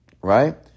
right